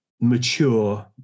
mature